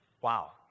Wow